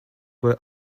were